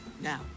Now